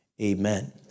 amen